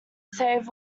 save